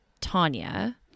tanya